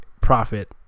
profit